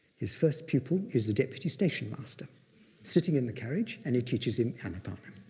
his first pupil is the deputy station master sitting in the carriage, and he teaches him anapana.